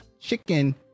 chicken